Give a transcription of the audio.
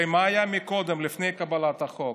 הרי מה היה קודם, לפני קבלת החוק?